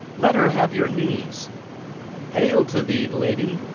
let her have your knees hall to thee, lady!